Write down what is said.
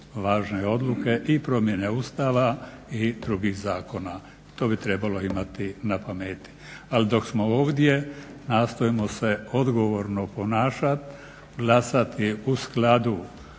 važne odluke i promjene Ustava i drugih zakona. to bi trebalo imati na pameti. Ali dok smo ovdje nastojmo se odgovorno ponašati, glasati u skladu